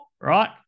right